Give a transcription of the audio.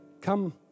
come